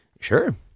Sure